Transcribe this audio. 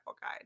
guide